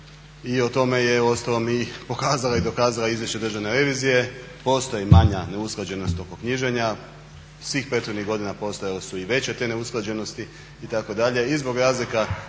i o tome je uostalom i pokazala i dokazala izvješće Državne revizije. Postoji manja neusklađenost oko knjiženja, svih prethodnih godina postojale su i veće te neusklađenosti itd.